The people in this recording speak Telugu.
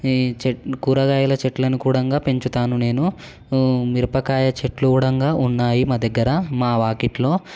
కూరగాయల చెట్లను కూడంగా పెంచుతాను నేను మిరపకాయ చెట్లు కూడంగా ఉన్నాయి మా దగ్గర మా వాకిట్లో